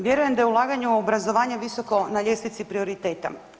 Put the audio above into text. Vjerujem da je ulaganje u obrazovanje visoko na ljestvici prioriteta.